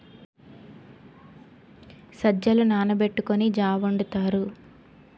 సజ్జలు నానబెట్టుకొని జా వొండుతారు